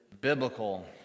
biblical